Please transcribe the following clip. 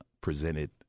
presented